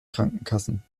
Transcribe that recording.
krankenkassen